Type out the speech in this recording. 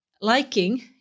liking